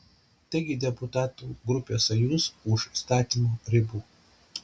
taigi deputatų grupė sojuz už įstatymo ribų